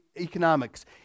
economics